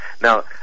Now